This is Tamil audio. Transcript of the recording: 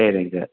சரிங்க சார்